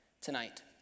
tonight